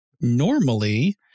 normally